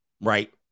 Right